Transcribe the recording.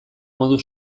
modu